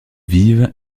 vive